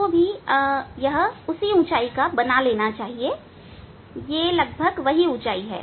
आपको यह भी उसी ऊंचाई का बना लेना चाहिए या यह लगभग यही ऊंचाई है